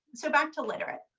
so back to literate,